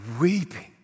weeping